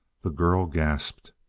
the girl gasped.